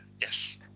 yes